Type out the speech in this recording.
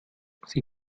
sie